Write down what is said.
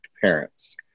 parents